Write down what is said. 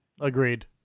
Agreed